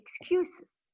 excuses